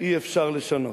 אי-אפשר לשנות.